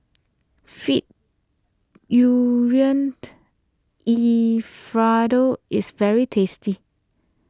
Fee Alfredo is very tasty